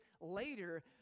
later